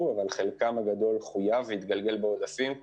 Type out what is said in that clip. אבל חלקם הגדול חויב והתגלגל בעודפים,